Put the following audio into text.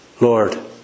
Lord